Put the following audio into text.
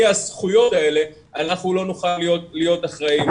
הזכויות האלה אנחנו לא נוכל להיות אחראים.